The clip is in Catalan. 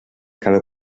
cada